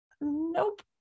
nope